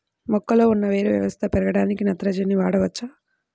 మొక్కలో ఉన్న వేరు వ్యవస్థ పెరగడానికి నత్రజని వాడవచ్చా?